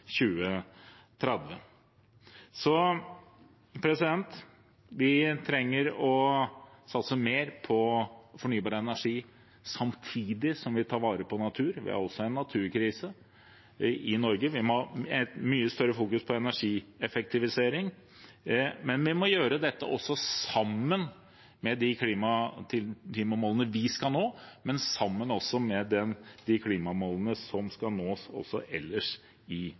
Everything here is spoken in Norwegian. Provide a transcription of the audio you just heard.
2030. Vi trenger å satse mer på fornybar energi samtidig som vi tar vare på natur. Vi har også en naturkrise i Norge. Vi må fokusere mye mer på energieffektivisering, men vi må gjøre det sammen med de klimamålene vi skal nå, og sammen med de klimamålene som skal nås også ellers i